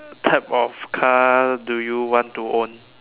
type of car do you want to own